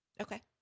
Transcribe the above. Okay